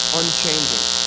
unchanging